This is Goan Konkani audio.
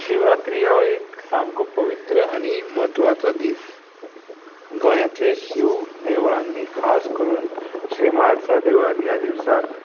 शिवरात्री हो एक सामको पवित्र आनी म्हत्वाचो दीस गोंयांतले शिव देवळांनी खास करून श्री महालसा देवळांत ह्या दिवसाक